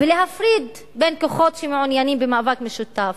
ולהפריד בין כוחות שמעוניינים במאבק משותף.